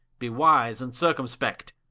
be wise and circumspect.